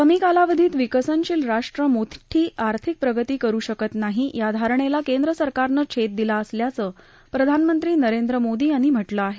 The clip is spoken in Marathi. कमी कालावधीत विकसनशील राष्ट्र मोठी आर्थिक प्रगती करु शकत नाही या धारणेला केंद्र सरकारनं छेद दिला असल्याचं प्रधानमंत्री नरेंद्र मोदी यांनी म्हटलं आहे